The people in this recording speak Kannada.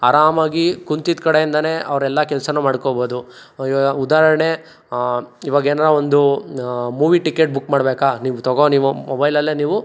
ಆರಾಮಾಗಿ ಕೂತಿದ್ದ ಕಡೆಯಿಂದಲೇ ಅವ್ರೆಲ್ಲ ಕೆಲ್ಸವೂ ಮಾಡ್ಕೊಬೋದು ಇವಾಗ ಉದಾಹರಣೆ ಇವಾಗೇನಾರು ಒಂದು ಮೂವಿ ಟಿಕೆಟ್ ಬುಕ್ ಮಾಡ್ಬೇಕೇ ನೀವು ತೊಗೋ ನಿಮ್ಮ ಮೊಬೈಲಲ್ಲೇ ನೀವು